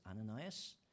Ananias